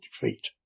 defeat